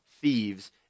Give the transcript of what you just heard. thieves